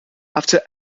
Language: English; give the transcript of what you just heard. after